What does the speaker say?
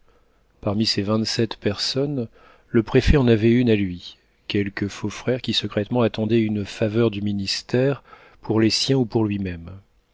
parmi ces vingt-sept personnes le préfet en avait une à lui quelque faux frère qui secrètement attendait une faveur du ministère pour les siens ou pour lui-même